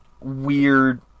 weird